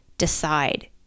Decide